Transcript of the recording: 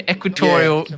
Equatorial